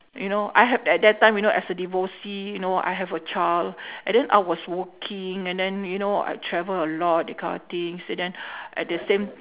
you know I have at that time when I was a divorcee you know I have a child and then I was working and then you know I travel a lot that kind of things and then at the same